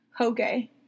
Okay